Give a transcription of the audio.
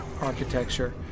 architecture